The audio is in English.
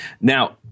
Now